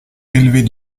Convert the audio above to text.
élevée